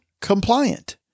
compliant